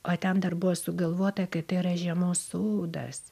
o ten dar buvo sugalvota kad tai yra žiemos sodas